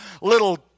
little